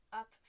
up